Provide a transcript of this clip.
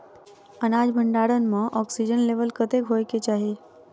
अनाज भण्डारण म ऑक्सीजन लेवल कतेक होइ कऽ चाहि?